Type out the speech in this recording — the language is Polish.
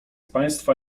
państwa